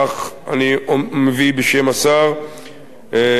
כך אני מביא בשם שר הביטחון,